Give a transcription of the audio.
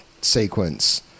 sequence